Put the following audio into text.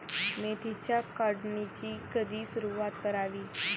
मेथीच्या काढणीची कधी सुरूवात करावी?